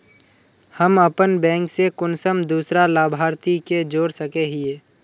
हम अपन बैंक से कुंसम दूसरा लाभारती के जोड़ सके हिय?